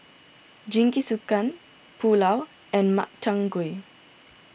Jingisukan Pulao and Makchang Gui